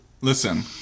Listen